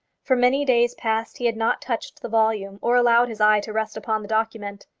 for many days past he had not touched the volume, or allowed his eye to rest upon the document.